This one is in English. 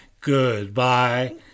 Goodbye